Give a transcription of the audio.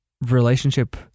relationship